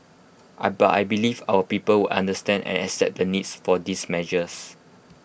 I but I believe our people will understand and accept the needs for these measures